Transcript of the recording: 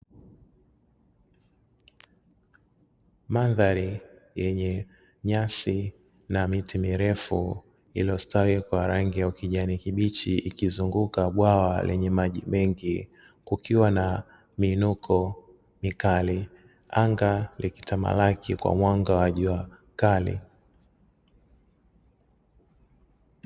Mandhari yenye nyasi na miti mirefu, iliyostawi kwa rangi ya ukijani kibichi, ikizunguka bwawa lenye maji mengi, kukiwa na miinuko mikali. Anga likitamalaki kwa mwanga wa jua kali.